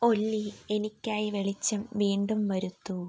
ഒല്ലി എനിക്കായി വെളിച്ചം വീണ്ടും വരുത്തൂ